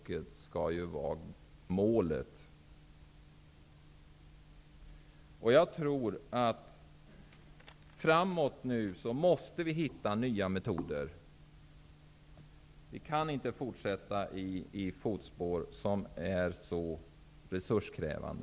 Jag tror att vi måste hitta nya metoder framöver. Vi kan inte fortsätta i samma fotspår när en verksamhet är så resurskrävande.